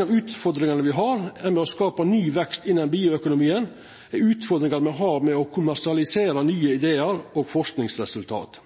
av utfordringane med å skapa ny vekst innan bioøkonomien er utfordringane me har med å kommersialisera nye idear og forskingsresultat.